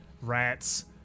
rats